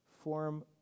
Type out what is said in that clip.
form